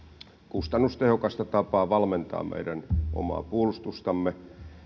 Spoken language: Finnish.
kustannustehokasta tapaa valmentaa meidän omaa puolustustamme